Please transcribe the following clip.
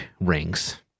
rings